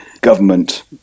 government